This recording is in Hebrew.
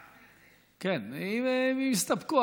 כן, אם הם יסתפקו.